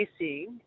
missing